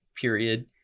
period